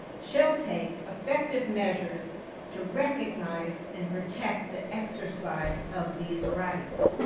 shall take effective measures to recognize and protect the exercise of these rights.